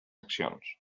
accions